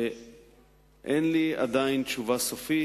אין לי עדיין תשובה סופית.